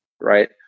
right